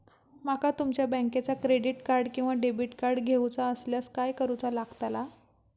माका तुमच्या बँकेचा क्रेडिट कार्ड किंवा डेबिट कार्ड घेऊचा असल्यास काय करूचा लागताला?